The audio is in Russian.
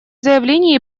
заявления